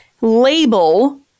label